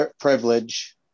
privilege